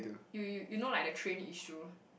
you you know like the train issue